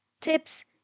tips